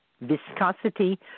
viscosity